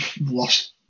lost